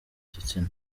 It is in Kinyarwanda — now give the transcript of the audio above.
gitsina